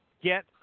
get